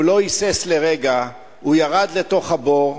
והוא לא היסס לרגע וירד לתוך הבור.